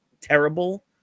terrible